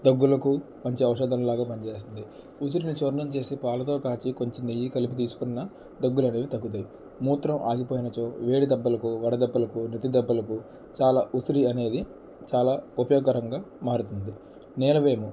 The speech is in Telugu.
దగ్గులకు మంచి ఔషధం లాగా పనిస్తుంది ఉసిరిని సూర్ణం చేసి పాలతో కాచి కొంచెం నెయ్యి కలిపి తీసుకున్న దగ్గులవి తగ్గుతాయి మూత్రం ఆగిపోయినచో వేడి దెబ్బలకు వడ దెబ్బలకు నూతి దెబ్బలకు చాలా ఉసిరి అనేది చాలా ఉపయోగకరంగా మారుతుంది నీలవేణి